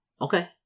Okay